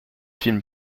film